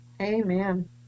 Amen